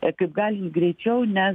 epik galim greičiau nes